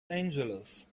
angeles